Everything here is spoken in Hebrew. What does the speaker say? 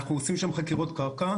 אנחנו עושים שם חקירות קרקע,